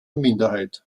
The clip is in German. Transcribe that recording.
minderheit